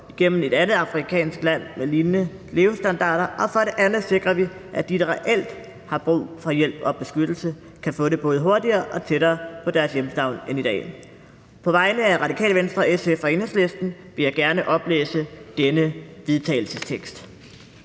gennem et andet afrikansk land med lignende levestandarder, og for det andet sikrer vi, at de, der reelt har brug for hjælp og beskyttelse, kan få det både hurtigere og tættere på deres hjemstavn end i dag. På vegne af Radikale Venstre, SF og Enhedslisten vil jeg gerne fremsætte dette: